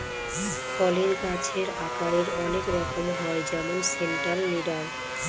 ফলের গাছের আকারের অনেক রকম হয় যেমন সেন্ট্রাল লিডার